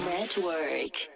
Network